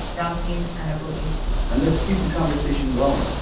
ramtin arablouei and let's keep the conversation going.